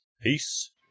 Peace